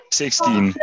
sixteen